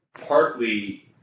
partly